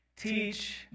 teach